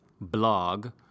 Blog